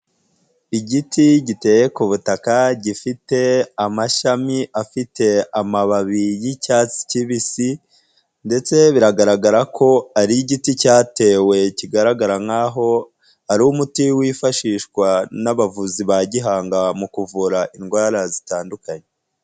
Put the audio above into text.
Igiti giteye ku butaka, gifite amashami afite amababi y'icyatsi kibisi, ndetse biragaragara ko ari igiti cyatewe, kigaragara nk'aho ari umuti wifashishwa n'abavuzi ba gihanga, mu kuvura indwara zitandukanye.